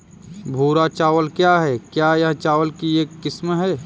भूरा चावल क्या है? क्या यह चावल की एक किस्म है?